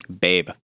babe